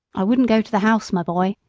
i wouldn't go to the house, my boy,